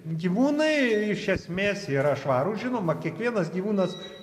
gyvūnai iš esmės yra švarūs žinoma kiekvienas gyvūnas